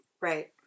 right